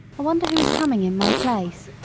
wonder who is coming in my place.